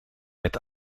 met